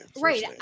Right